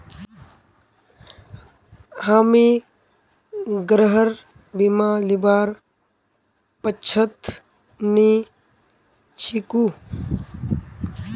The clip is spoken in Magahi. हामी गृहर बीमा लीबार पक्षत नी छिकु